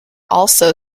also